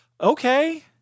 Okay